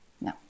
No